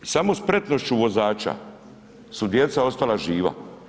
Samo spretnošću vozača su djeca ostala živa.